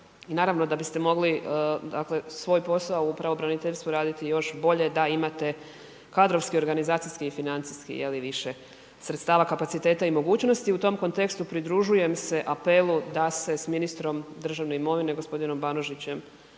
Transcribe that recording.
naravno da biste mogli svoj posao u pravobraniteljstvu raditi još bolje da imate kadrovski, organizacijski i financijski više sredstava, kapaciteta i mogućnosti. I u tom kontekstu pridružujem se apelu da se s ministrom državne imovine gospodinom Banužićem